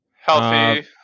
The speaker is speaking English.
Healthy